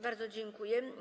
Bardzo dziękuję.